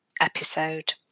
episode